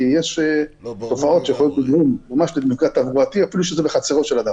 כי יש תופעות שיכולות לגרום ממש למפגע תברואתי אפילו שזה בחצרו של אדם.